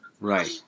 Right